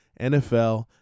nfl